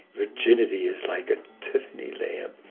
virginity is like a tiffany lamp.